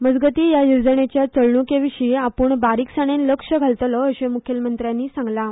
मजगती ह्या येवजणेच्या चलणुकेविशी आपूण बारिकसाणेन लक्ष घालतलो अशें मुखेलमंत्र्यान सांगलें